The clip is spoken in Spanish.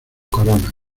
corona